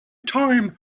time